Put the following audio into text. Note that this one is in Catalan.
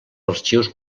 arxius